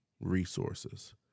resources